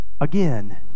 Again